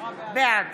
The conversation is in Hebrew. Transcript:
בעד